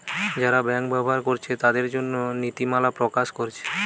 যারা ব্যাংক ব্যবহার কোরছে তাদের জন্যে নীতিমালা প্রকাশ কোরছে